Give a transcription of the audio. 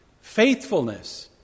faithfulness